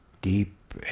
deep